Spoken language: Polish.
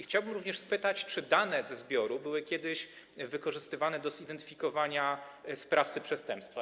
Chciałbym również spytać: Czy dane ze zbioru były kiedyś wykorzystywane do zidentyfikowania sprawcy przestępstwa?